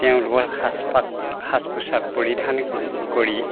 তেওঁলোকৰ সাজ পাত সাজ পোছাক পৰিধান কৰি